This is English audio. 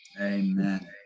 Amen